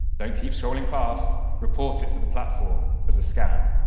don't keep scrolling past, report it to the platform as a scam.